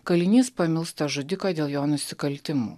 kalinys pamilsta žudiką dėl jo nusikaltimų